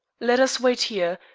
let us wait here,